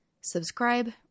subscribe